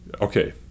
okay